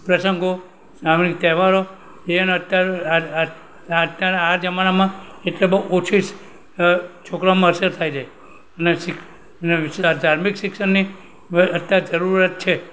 પ્રસંગો ધાર્મિક તહેવારો અત્યારના અત્યારના આ જમાનામાં એટલે બહુ ઓછી છોકરાઓમાં અસર થાય છે ને ધાર્મિક શિક્ષણની અત્યારે જરૂરત છે